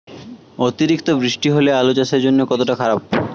অতিরিক্ত বৃষ্টি হলে আলু চাষের জন্য কতটা খারাপ?